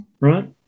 Right